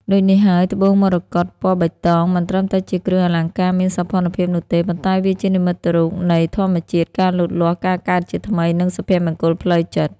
ដូចនេះហើយត្បូងមរកត ពណ៌បៃតង មិនត្រឹមតែជាគ្រឿងអលង្ការមានសោភ័ណភាពនោះទេ ប៉ុន្តែវាជានិមិត្តរូបនៃ ធម្មជាតិ ការលូតលាស់ ការកើតជាថ្មី និងសុភមង្គលផ្លូវចិត្ត។